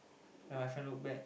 then my friend look back